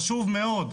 חשוב מאוד.